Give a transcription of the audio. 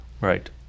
right